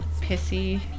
Pissy